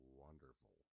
wonderful